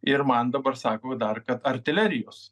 ir man dabar sako dar kad artilerijos